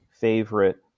favorite